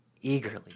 eagerly